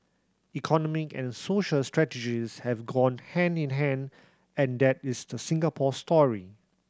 economic and social strategies have gone hand in hand and that is the Singapore story